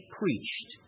preached